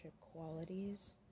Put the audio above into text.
qualities